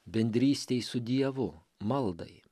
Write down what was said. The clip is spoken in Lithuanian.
bendrystei su dievu maldai